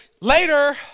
later